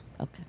Okay